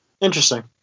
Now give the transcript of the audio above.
interesting